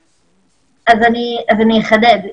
אחדד.